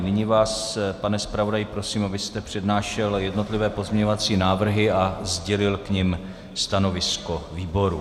Nyní vás, pane zpravodaji, prosím, abyste přednášel jednotlivé pozměňovací návrhy a sdělil k nim stanovisko výboru.